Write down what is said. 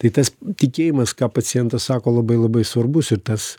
tai tas tikėjimas ką pacientas sako labai labai svarbus ir tas